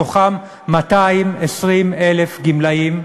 בתוכם 220,000 גמלאים,